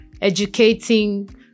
educating